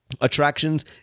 attractions